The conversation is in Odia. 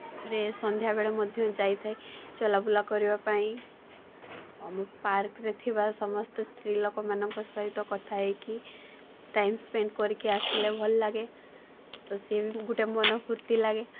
ତା'ପରେ ସନ୍ଧ୍ୟା ବେଳେ ମଧ୍ୟ ଯାଇଥାଏ ଚଲା ବୁଲା କରିବା ପାଇଁଁ ଆଉ ମୁଁ ପାର୍କରେ ଥିବା ସମସ୍ତ ସ୍ତ୍ରୀଲୋକମାନଙ୍କ ସହିତ କଥା ହେଇକି ଟାଇମ୍ ସ୍ପେଣ୍ଡ୍ କରିକି ଆସିଲେ ଭଲ ଲାଗେ ତ ସିଏ ବି ଗୋଟେ ମନ ଫୁର୍ତ୍ତି ଲାଗେ